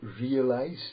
realized